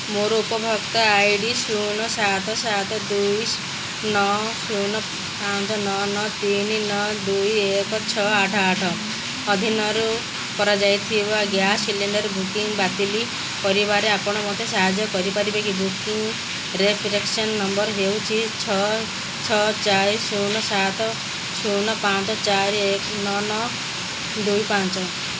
ମୋ ଉପଭୋକ୍ତା I D ଶୂନ ସାତ ସାତ ଦୁଇ ନଅ ଶୂନ ପାଞ୍ଚ ନଅ ନଅ ତିନି ନଅ ଦୁଇ ଏକ ଛଅ ଆଠ ଆଠ ଅଧୀନରେ କରାଯାଇଥିବା ଗ୍ୟାସ ସିଲିଣ୍ଡର୍ ବୁକିଙ୍ଗ ବାତିଲ କରିବାରେ ଆପଣ ମୋତେ ସାହାଯ୍ୟ କରିପାରିବେ କି ବୁକିଙ୍ଗ ରେଫରେନ୍ସ ନମ୍ବର ହେଉଛି ଛଅ ଚାରି ଶୂନ ସାତ ଶୂନ ପାଞ୍ଚ ଚାରି ନଅ ନଅ ଦୁଇ ପାଞ୍ଚ